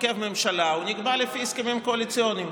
הרכב ממשלה נקבע לפי הסכמים קואליציוניים.